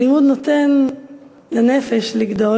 הלימוד נותן לנפש לגדול.